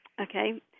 Okay